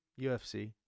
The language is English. UFC